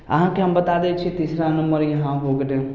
अहाँके हम बता दै छी सिरसा नम्बर इहाँ हो गेलै